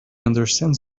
understands